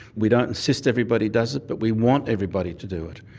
we don't insist everybody does it, but we want everybody to do it.